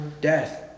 death